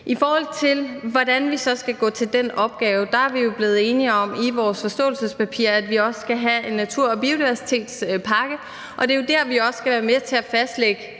I forhold til hvordan vi så skal gå til den opgave, er vi jo blevet enige om i vores forståelsespapir, at vi også skal have en natur- og biodiversitetspakke. Og det er jo der, vi også skal være med til at fastlægge